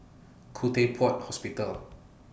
Khoo Teck Puat Hospital